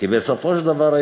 כי בסופו של דבר,